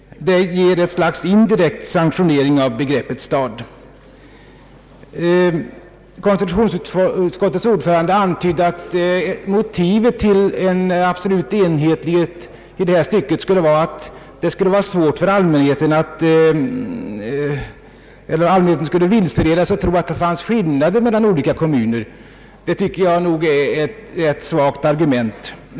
Det ger ett slags indirekt sanktionering av begreppet stad. Konstitutionsutskottets ordförande antydde att motivet till en absolut enhetlighet i detta stycke skulle vara att allmänheten kunde vilseledas att tro att det fanns skillnader mellan olika kommuner, om de hade olika beteckningar i dessa avseenden. Jag tycker att det är ett svagt argument.